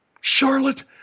charlotte